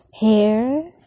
hair